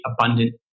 abundant